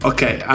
Okay